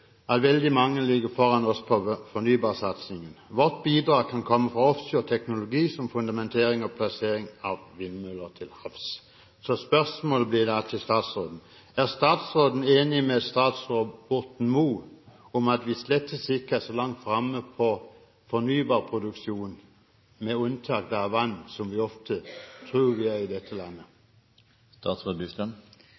at veldig mange ligger foran oss på fornybarsatsingen. Vårt bidrag kan komme fra offshoreteknologi som fundamentering og plassering av vindmøller til havs. Mitt spørsmål til statsråden blir: Er statsråden enig med statsråd Ola Borten Moe om at vi slett ikke er så langt framme på fornybarproduksjon med unntak av vann, som vi ofte tror at vi er i dette landet?